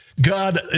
God